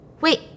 wait